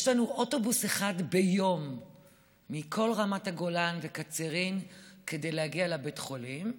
יש לנו אוטובוס אחד ביום מכל רמת הגולן וקצרין להגיע לבית החולים בבוקר,